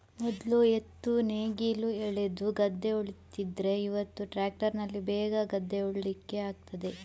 ಮೊದ್ಲು ಎತ್ತು ನೇಗಿಲು ಎಳೆದು ಗದ್ದೆ ಉಳ್ತಿದ್ರೆ ಇವತ್ತು ಟ್ರ್ಯಾಕ್ಟರಿನಲ್ಲಿ ಬೇಗ ಗದ್ದೆ ಉಳ್ಳಿಕ್ಕೆ ಆಗ್ತದೆ